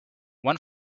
one